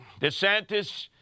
DeSantis